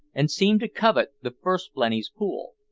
and seemed to covet the first blenny's pool,